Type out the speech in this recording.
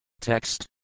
Text